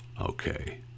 Okay